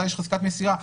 מתי יש חזקת מסירה,